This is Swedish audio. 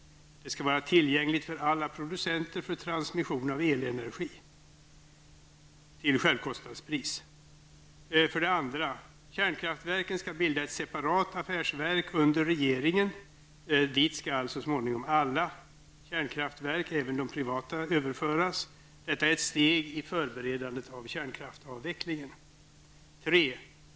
Det skall vara tillgängligt för alla producenter för transmission av elenergi till självkostnadspris. 2. Kärnkraftverken skall bilda ett separat affärsverk under regeringen. Dit skall så småningom alla kärnkraftverk, även de privata, överföras. Det är ett steg i förberedandet av kärnkraftavvecklingen. 3.